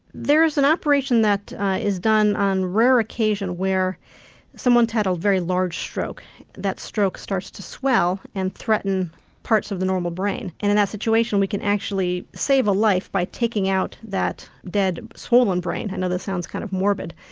there is an operation that is done on rare occasions where someone's had a very large stroke that stroke starts to swell and threaten parts of the normal brain. and in that situation we can actually save a life by taking out that dead swollen brain, i know that sounds kind of morbid,